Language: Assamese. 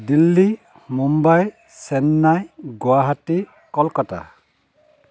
দিল্লী মুম্বাই চেন্নাই গুৱাহাটী কলকাতা